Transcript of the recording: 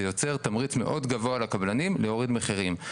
זה יוצר תמריץ מאוד גבוה לקבלנים להוריד מחירים.